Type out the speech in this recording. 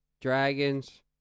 Dragons